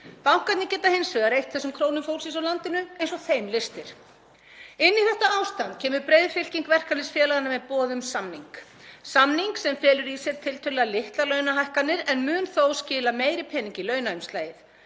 Bankarnir geta hins vegar eytt þessum krónum fólksins í landinu eins og þá lystir. Inn í þetta ástand kemur breiðfylking verkalýðsfélaganna með boð um samning; samning sem felur í sér tiltölulega litlar launahækkanir en mun þó skila meiri pening í launaumslagið.